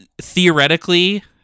theoretically